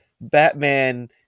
Batman